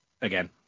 again